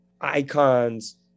icons